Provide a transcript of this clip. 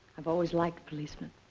i've always liked policemen.